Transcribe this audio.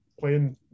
playing